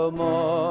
more